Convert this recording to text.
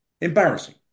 Embarrassing